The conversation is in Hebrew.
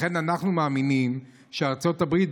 לכן אנחנו מאמינים שארצות הברית,